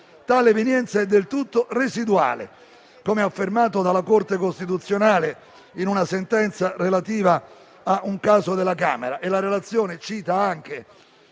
tale evenienza è del tutto residuale, come affermato dalla Corte costituzionale in una sentenza relativa a un caso riferito alla Camera dei deputati e la relazione cita anche